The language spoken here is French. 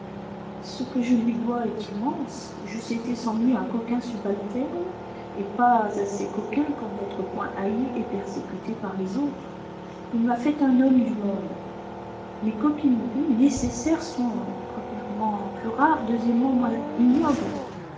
ce que je lui dois est immense j'eusse été sans lui un coquin subalterne et pas assez coquin pour n'être point haï et persécuté par les autres il m'a fait un homme du monde mes coquineries nécessaires seront o plus rares o moins ignobles